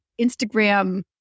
Instagram